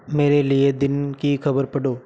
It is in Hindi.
मेरे लिए दिन की खबर पढ़ो